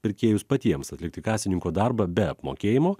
pirkėjus patiems atlikti kasininko darbą be apmokėjimo